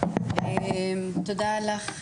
תודה לך,